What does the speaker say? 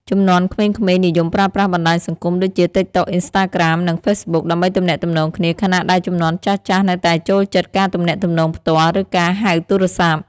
ជំនាន់ក្មេងៗនិយមប្រើប្រាស់បណ្តាញសង្គមដូចជា តិកតុក, អុិនស្តាក្រាម, និងហ្វេសប៊ុក ដើម្បីទំនាក់ទំនងគ្នា ខណៈដែលជំនាន់ចាស់ៗនៅតែចូលចិត្តការទំនាក់ទំនងផ្ទាល់ ឬការហៅទូរស័ព្ទ។